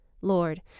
Lord